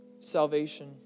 salvation